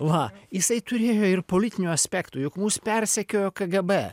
va jisai turėjo ir politinių aspektų juk mus persekiojo kgb